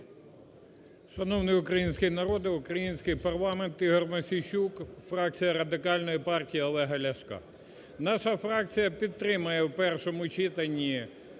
Шановний український народе, український парламент! Ігор Мосійчук, фракція Радикальної партії Олега Ляшка. Наша фракція підтримає в першому читанні